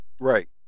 Right